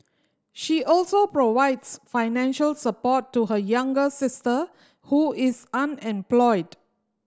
she also provides financial support to her younger sister who is unemployed